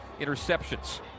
interceptions